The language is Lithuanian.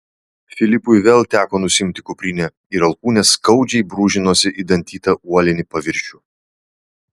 filipui vėl teko nusiimti kuprinę ir alkūnės skaudžiai brūžinosi į dantytą uolinį paviršių